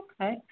Okay